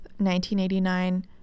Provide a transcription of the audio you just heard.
1989